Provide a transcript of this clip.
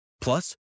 Plus